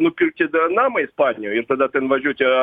nupirksit namą ispanijoj ir tada ten važiuosi